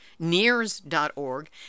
NEARS.ORG